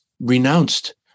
renounced